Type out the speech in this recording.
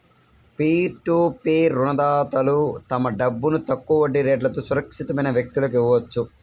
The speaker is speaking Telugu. పీర్ టు పీర్ రుణదాతలు తమ డబ్బును తక్కువ వడ్డీ రేట్లతో సురక్షితమైన వ్యక్తులకు ఇవ్వొచ్చు